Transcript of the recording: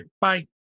bye